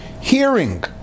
hearing